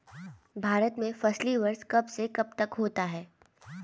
भारत में फसली वर्ष कब से कब तक होता है?